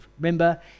remember